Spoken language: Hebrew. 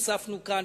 הוספנו כאן,